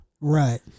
Right